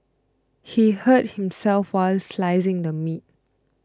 he hurt himself while slicing the meat